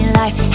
life